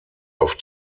auf